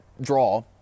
draw